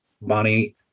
Bonnie